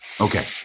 Okay